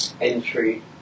entry